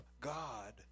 God